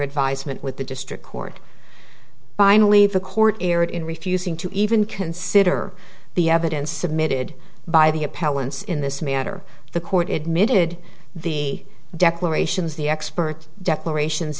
advisement with the district court finally the court erred in refusing to even consider the evidence submitted by the appellants in this matter the court admitted the declarations the expert declarations